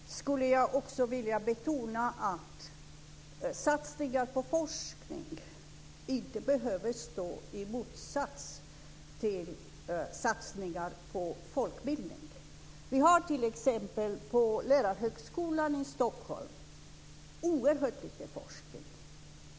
Herr talman! Jag skulle också mycket kort vilja betona att satsningar på forskning inte behöver stå i motsats till satsningar på folkbildning. På t.ex. Lärarhögskolan i Stockholm bedrivs det oerhört litet forskning.